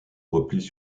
replient